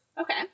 okay